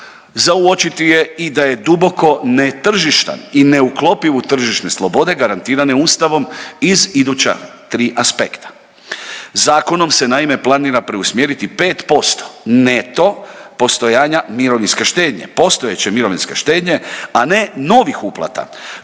za uočiti je i da je duboko netržištan i ne uklopiv u tržišne slobode garantirane ustavom iz iduća 3 aspekta. Zakonom se naime planira preusmjeriti 5% neto postojanja mirovinske štednje, postojeće